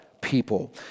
people